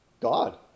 God